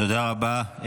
תודה רבה.